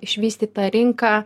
išvystytą rinką